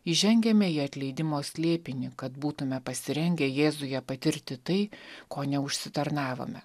įžengiame į atleidimo slėpinį kad būtume pasirengę jėzuje patirti tai ko neužsitarnavome